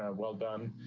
um well done,